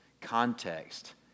context